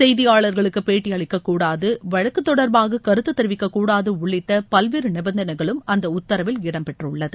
செய்தியாளர்களுக்கு பேட்டி அளிக்கக்கூடாது வழக்கு தொடர்பாக கருத்து தெரிவிக்கக்கூடாது உள்ளிட்ட பல்வேறு நிபந்தனைகளும் அந்த உத்தரவில் இடம்பெற்றுள்ளது